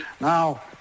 Now